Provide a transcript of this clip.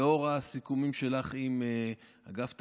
לאור הסיכומים שלך עם אגף תקציבים,